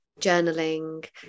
journaling